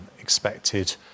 expected